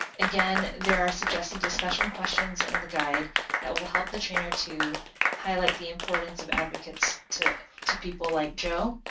again, there are suggested discussion questions in the guide that will help the trainer to highlight the importance of advocates to to people like joe,